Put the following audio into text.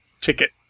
ticket